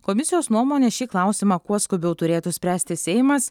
komisijos nuomone šį klausimą kuo skubiau turėtų spręsti seimas